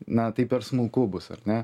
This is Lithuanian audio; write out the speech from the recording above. na tai per smulku bus ar ne